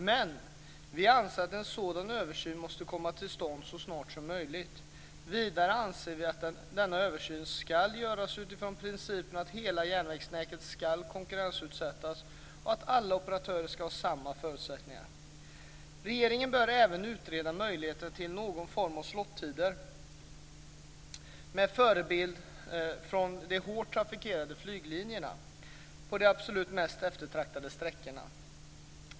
Men vi anser att en sådan översyn måste komma till stånd så snart som möjligt. Vidare anser vi att denna översyn ska göras utifrån principerna att hela järnvägsnätet ska konkurrensutsättas och att alla operatörer ska ha samma förutsättningar. Regeringen bör även utreda möjligheterna till någon form av slot-tider, med de hårt trafikerade flyglinjerna som förebild, på de absolut mest eftertraktade sträckorna.